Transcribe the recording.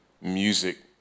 music